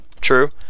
true